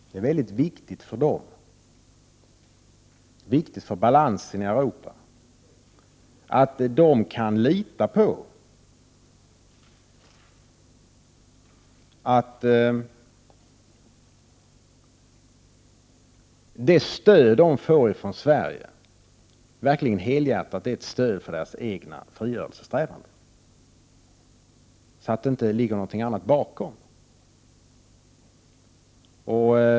Det är väldigt viktigt för dem och viktigt för balansen i Europa att de kan lita på att det stöd de får från Sverige verkligen helhjärtat är ett stöd för deras egna frigörelsesträvanden och att det inte ligger något annat bakom.